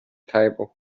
table